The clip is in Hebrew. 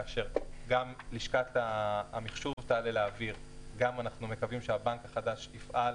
כאשר גם לשכת המחשוב תעלה לאוויר ואנחנו מקווים שהבנק החדש יפעל.